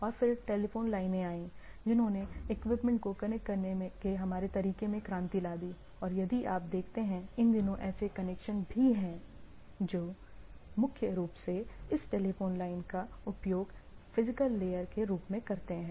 और फिर टेलिफोन लाइनें आईं जिन्होंने इक्विपमेंट्स को कनेक्ट करने के हमारे तरीके में क्रांति ला दी और यदि आप देखते हैं इन दिनों ऐसे कनेक्शन भी हैं जो मुख्य रूप से इस टेलीफोन लाइन का उपयोग फिजिकल लेयर के रूप में करते हैं